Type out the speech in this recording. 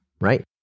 right